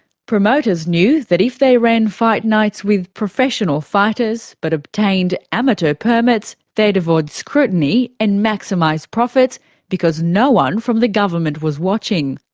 promoters knew that if they ran fight nights with professional fighters but obtained amateur permits they'd avoid scrutiny and maximise profits because no one from the government was watching.